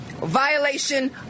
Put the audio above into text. violation